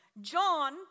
John